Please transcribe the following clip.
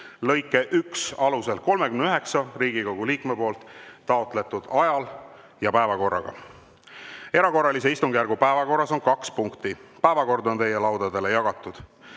lõike 1 alusel 39 Riigikogu liikme taotletud ajal ja päevakorraga. Erakorralise istungjärgu päevakorras on kaks punkti. Päevakord on teie laudadele jagatud.